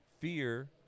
Fear